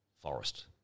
forest